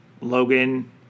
Logan